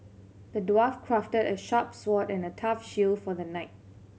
the dwarf crafted a sharp sword and a tough shield for the knight